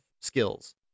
skills